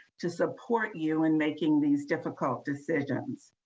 to support you in making these difficult decisions.